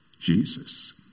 Jesus